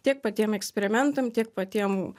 tiek patiem eksperimentam tiek patiem